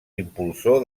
impulsor